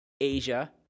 Asia